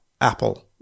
Apple